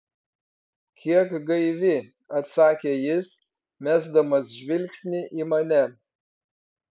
kiek gaivi atsakė jis mesdamas žvilgsnį į mane